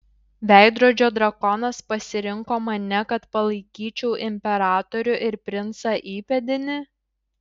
veidrodžio drakonas pasirinko mane kad palaikyčiau imperatorių ir princą įpėdinį